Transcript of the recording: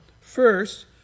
first